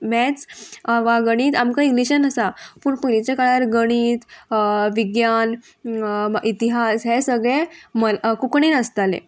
maths वा गणीत आमकां इंग्लीशान आसा पूण पयलींच्या काळार गणीत विज्ञान इतिहास हे सगळे मल कोंकणीन आसताले